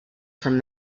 from